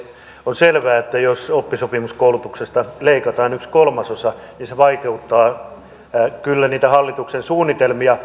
on selvää että jos oppisopimuskoulutuksesta leikataan yksi kolmasosa niin se vaikeuttaa kyllä niitä hallituksen suunnitelmia